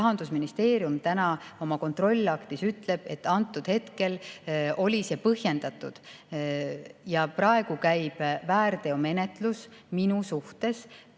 Rahandusministeerium ütleb oma kontrollaktis, et antud hetkel oli see põhjendatud. Ja praegu käib väärteomenetlus minu suhtes